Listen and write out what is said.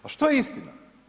Pa što je istina?